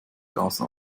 außer